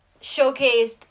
showcased